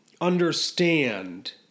understand